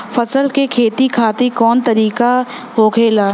फसल का खेती खातिर कवन तरीका होखेला?